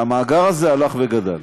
והמאגר הזה הלך וגדל.